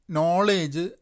Knowledge